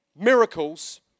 miracles